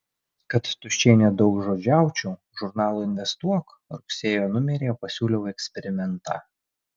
kad tuščiai nedaugžodžiaučiau žurnalo investuok rugsėjo numeryje pasiūliau eksperimentą